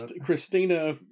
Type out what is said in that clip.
Christina